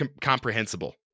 comprehensible